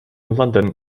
london